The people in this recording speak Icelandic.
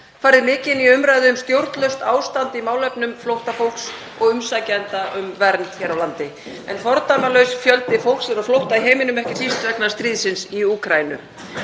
farið mikinn í umræðu um stjórnlaust ástand í málefnum flóttafólks og umsækjenda um vernd hér á landi en fordæmalaus fjöldi fólks er á flótta í heiminum, ekki síst vegna stríðsins í Úkraínu.